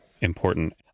important